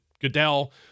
Goodell